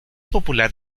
popular